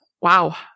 Wow